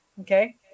okay